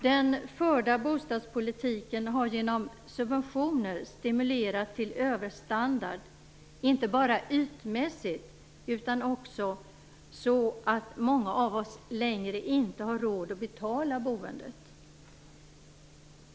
Den förda bostadspolitiken har genom subventioner stimulerat till överstandard, inte bara ytmässigt utan också så att många av oss inte längre har råd att betala boendet.